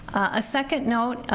a second note,